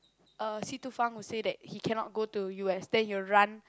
uh Si Tu Feng will say that he cannot go to U_S then he will run